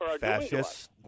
Fascists